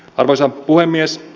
arvoisa puhemies